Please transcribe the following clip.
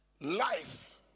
Life